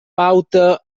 pauta